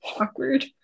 Awkward